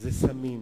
זה סמים,